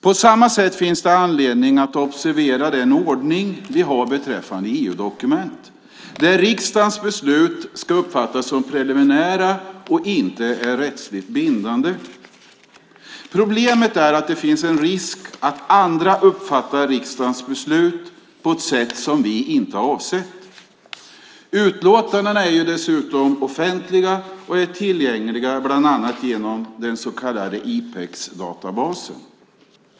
På samma sätt finns det anledning att observera den ordning vi har beträffande EU-dokument där riksdagens beslut ska uppfattas som preliminära och inte är rättsligt bindande. Problemet är att det finns risk för att andra uppfattar riksdagens beslut på ett sätt som vi inte avsett. Utlåtandena är dessutom offentliga och är tillgängliga bland annat genom den så kallade IPEX-databasen.